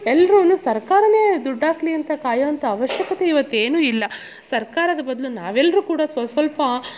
ಎಲ್ರು ಸರ್ಕಾರವೇ ದುಡ್ಡು ಹಾಕ್ಲಿ ಅಂತ ಕಾಯೋ ಅಂಥ ಅವಶ್ಯಕತೆ ಇವತ್ತೇನು ಇಲ್ಲ ಸರ್ಕಾರದ ಬದಲು ನಾವೆಲ್ಲರು ಕೂಡ ಸ್ವಲ್ಪ ಸ್ವಲ್ಪ